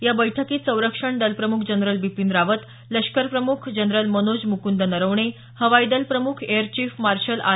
या बैठकीत संरक्षण दलप्रमुख जनरल बिपिन रावत लष्करप्रमुख जनरल मनोज मुकंद नरवणे हवाईदल प्रमुख एअर चीफ मार्शल आर